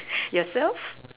yourself